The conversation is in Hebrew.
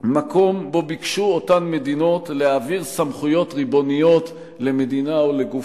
במקום שבו ביקשו אותן מדינות להעביר סמכויות ריבוניות למדינה אחרת.